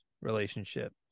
relationship